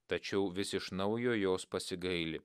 tačiau vis iš naujo jos pasigaili